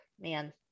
man